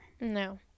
No